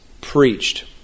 preached